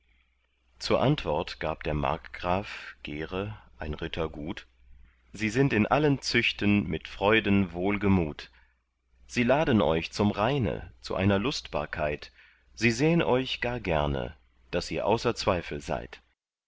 zur antwort gab der markgraf gere ein ritter gut sie sind in allen züchten mit freuden wohlgemut sie laden euch zum rheine zu einer lustbarkeit sie sähn euch gar gerne daß ihr des außer zweifel seid